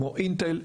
אינטל,